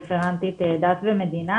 רפרנטית, שמעת את הדיון